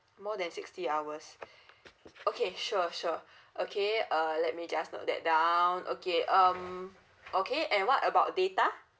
more than sixty hours okay sure sure okay uh let me just note that down okay um okay and what about data